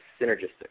synergistic